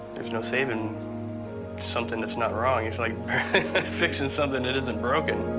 there's no saving something that's not wrong it's like fixing something that isn't broken